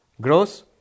Gross